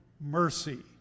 mercy